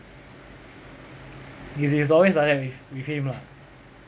it's it's always like that with with him lah